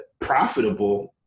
profitable